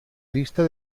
lista